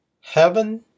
Heaven